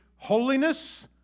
Holiness